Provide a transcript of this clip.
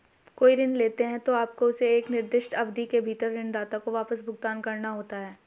कोई ऋण लेते हैं, तो आपको उसे एक निर्दिष्ट अवधि के भीतर ऋणदाता को वापस भुगतान करना होता है